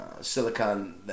Silicon